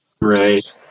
Right